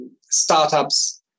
startups